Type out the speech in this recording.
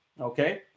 Okay